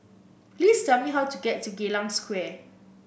please tell me how to get to Geylang Square